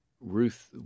Ruth